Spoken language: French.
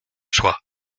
sois